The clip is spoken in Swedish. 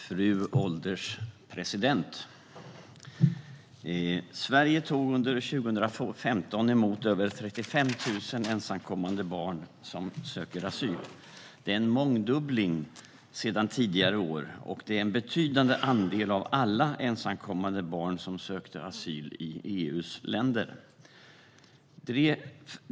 Fru ålderspresident! Sverige tog under 2015 emot över 35 000 ensamkommande barn som sökte asyl. Det var en mångdubbling jämfört med tidigare år och en betydande andel av alla ensamkommande barn som sökte asyl i EU:s länder.